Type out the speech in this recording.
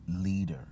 leader